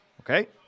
Okay